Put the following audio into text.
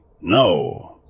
No